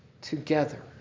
together